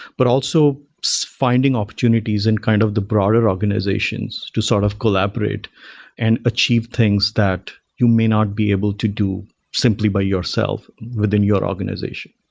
but also finding opportunities in kind of the broader organizations to sort of collaborate and achieve things that you may not be able to do simply by yourself within your organization,